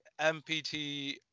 MPT